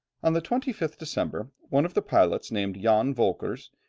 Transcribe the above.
on the twenty fifth december, one of the pilots named jan volkers,